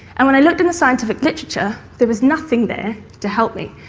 and when i looked in the scientific literature there was nothing there to help me,